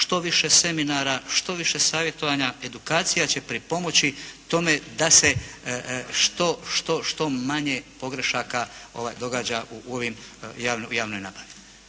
što više seminara, što više savjetovanja. Edukacija će pripomoći tome da se što manje pogrešaka događa u ovoj javnoj nabavi.